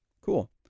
Cool